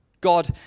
God